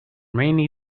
rainy